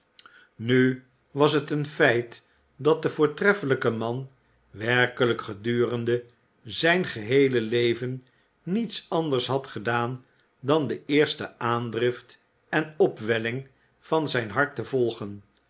nu was het een feit dat de voortreffelijke man werkelijk gedurende zijn geheele leven niets anders had gedaan dan de eerste aandrift en opwelling van zijn hart te volgen